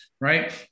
Right